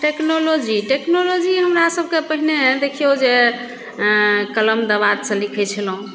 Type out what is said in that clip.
technology हमरा सबके पहिने देखियौ जे कलम दवात सऽ लिखै छलहुॅं